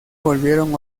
volvieron